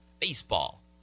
baseball